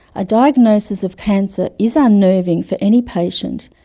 a diagnosis of cancer is ah unnerving for any patient,